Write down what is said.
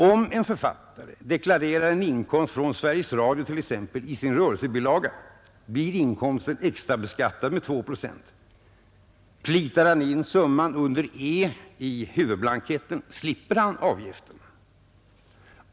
Om en författare deklarerar en inkomst från t.ex. Sveriges Radio i sin rörelsebilaga, blir inkomsten extrabeskattad med 2 procent. Plitar han in summan under E i huvudblanketten, slipper han avgiften.